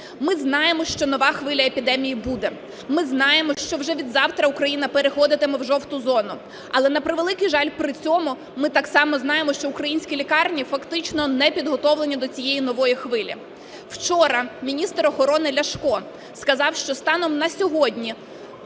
Ми знаємо, що нова хвиля епідемії буде, ми знаємо, що вже від завтра Україна переходитиме в жовту зону. Але, на превеликий жаль, при цьому ми так само знаємо, що українські лікарні фактично не підготовлені до цієї нової хвилі. Вчора міністр охорони Ляшко сказав, що станом на сьогодні